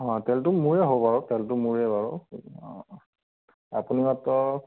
অঁ তেলটো মোৰেই হ'ব আৰু তেলটো মোৰেই বাৰু অঁ আপুনি মাত্ৰ